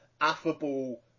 affable